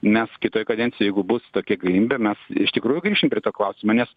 nes kitoj kadencijoj jeigu bus tokia galimybė mes iš tikrųjų grįšim prie to klausimo nes